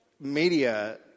media